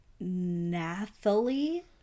Nathalie